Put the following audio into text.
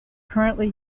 currently